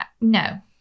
no